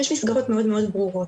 יש מסגרות מאוד מאוד ברורות,